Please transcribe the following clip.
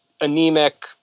anemic